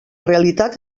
realitat